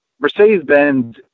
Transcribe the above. Mercedes-Benz